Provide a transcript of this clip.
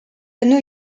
new